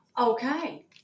Okay